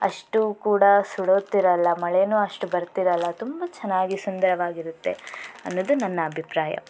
ಅಷ್ಟೂ ಕೂಡ ಸುಡುತ್ತಿರಲ್ಲ ಮಳೆನೂ ಅಷ್ಟು ಬರ್ತಿರಲ್ಲ ತುಂಬಾ ಚೆನ್ನಾಗಿ ಸುಂದರವಾಗಿರುತ್ತೆ ಅನ್ನೋದು ನನ್ನ ಅಭಿಪ್ರಾಯ